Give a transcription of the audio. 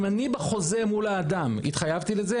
אם אני בחוזה מול האדם התחייבתי לזה,